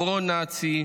פרו-נאצי,